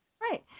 Right